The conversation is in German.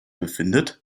befindet